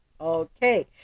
Okay